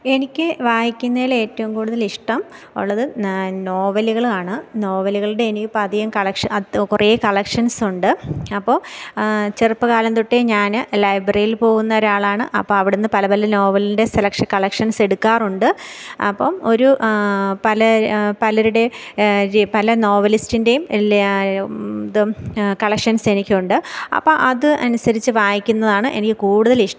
എനിക്ക് വായിക്കുന്നതിലേറ്റവും കൂടുതലിഷ്ടം ഉള്ളത് നോവലുകളാണ് നോവലുകളുടെ ഇനി ഇപ്പം അധികം കളക്ഷ കുറേ കളക്ഷന്സുണ്ട് അപ്പോൾ ചെറുപ്പ കാലം തൊട്ടേ ഞാൻ ലൈബ്രറിയില് പോകുന്നൊരാളാണ് അപ്പം അവിടെ നിന്ന് പലപല നോവലിന്റെ സെലഷ കളക്ഷന്സെടുക്കാറുണ്ട് അപ്പം ഒരു പല പലരുടെ പല നോവലിസ്റ്റിൻ്റെയും ഇതും കളക്ഷന്സെനിക്കുണ്ട് അപ്പം അത് അനുസരിച്ചു വായിക്കുന്നതാണ് എനിക്ക് കൂടുതലിഷ്ടം